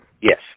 Yes